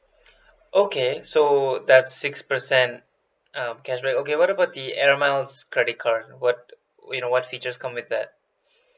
okay so that six percent uh cashback okay what about the air miles credit card what you know what features come with that